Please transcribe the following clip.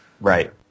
Right